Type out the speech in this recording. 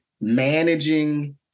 managing